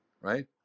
right